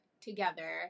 together